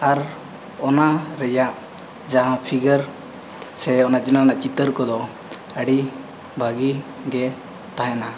ᱟᱨ ᱚᱱᱟ ᱨᱮᱭᱟᱜ ᱡᱟᱦᱟᱸ ᱥᱮ ᱚᱱᱟ ᱡᱮ ᱚᱱᱟ ᱨᱮᱱᱟᱜ ᱪᱤᱛᱟᱹᱨ ᱠᱚᱫᱚ ᱟᱹᱰᱤ ᱵᱷᱟᱜᱮ ᱜᱮ ᱛᱟᱦᱮᱱᱟ